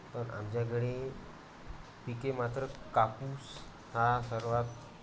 पण आमच्याकडे पिके मात्र कापूस हा सर्वात